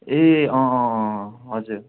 ए अँ अँ अँ अँ हजुर